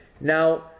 Now